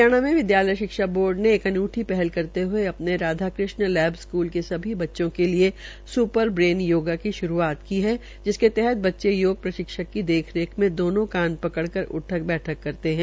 हरियाणा में विधायलय शिक्षा बोर्ड ने एक अनूठी हल करते हये अ ने राधा कृष्ण लैब स्कूल के सभी बच्चों के लिये स् र ब्रेन योगा की शुरूआत की है जिसके तहत बच्चे योग प्रशिक्षक की देखरेख में दोनो कान कड़कर उठक बैठक करते है